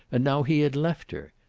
and now he had left her.